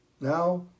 Now